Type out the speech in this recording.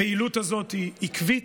הפעילות הזאת היא עקבית,